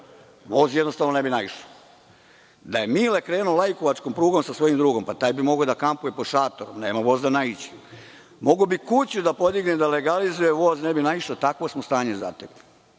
Voz jednostavno ne bi naišao. Da je Mile krenuo lajkovačkom prugom sa svojim drugom, mogao bi da kampuje pod šatorom, jer nema voza da naiđe. Mogao bi kuću da podigne i legalizuje i voz ne bi naišao. Takvo smo stanje zatekli.